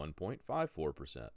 1.54%